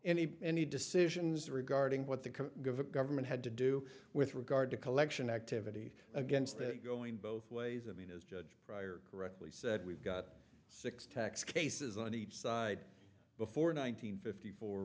any any decisions regarding what the government had to do with regard to collection activity against that going both ways i mean as judge pryor correctly said we've got six tax cases on each side before nine hundred fifty four